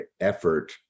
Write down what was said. effort